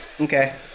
Okay